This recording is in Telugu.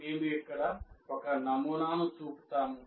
మేము ఇక్కడ ఒక నమూనాను చూపుతాము